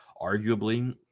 arguably